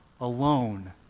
alone